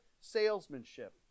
salesmanship